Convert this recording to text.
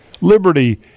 Liberty